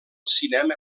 cinema